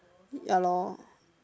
ya lor